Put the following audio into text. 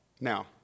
now